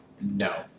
No